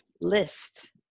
list